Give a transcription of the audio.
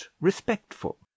respectful